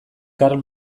karl